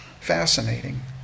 Fascinating